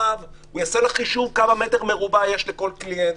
יעשה לך חישוב, כמה מטר מרובע יש לכל קליינט.